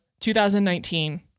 2019